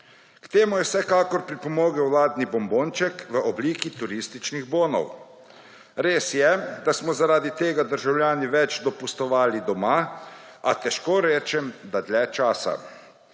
K temu je vsekakor pripomogel vladni bombonček v obliki turističnih bonov. Res je, da smo zaradi tega državljani več dopustovali doma, a težko rečem, da dlje časa.